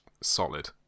solid